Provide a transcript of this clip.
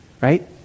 Right